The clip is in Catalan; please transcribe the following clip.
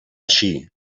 així